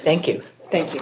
thank you thank you